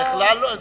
בכלל לא.